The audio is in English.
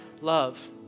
love